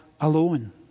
alone